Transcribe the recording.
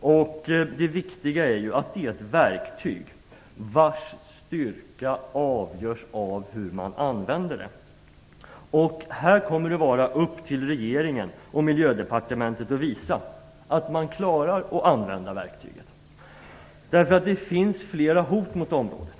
och det viktiga är att det är ett verktyg vars styrka avgörs av hur man använder det. Det kommer att vara upp till regeringen och Miljödepartementet att visa att man klara att använda det verktyget. Det finns nämligen flera hot mot området.